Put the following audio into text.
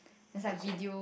oh is it